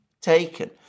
taken